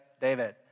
David